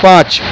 پانچ